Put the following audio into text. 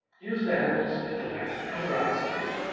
use the handles at the left and right side.